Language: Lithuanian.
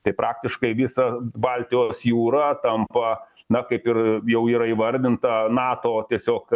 tai praktiškai visa baltijos jūra tampa na kaip ir jau yra įvardinta nato tiesiog